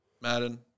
Madden